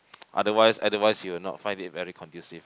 otherwise otherwise you will not find it very conducive